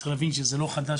צריך להבין שזה לא חדש,